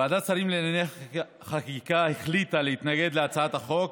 ועדת שרים לענייני חקיקה החליטה להתנגד להצעת החוק.